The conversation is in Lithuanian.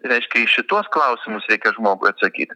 reiškia į šituos klausimus reikia žmogui atsakyti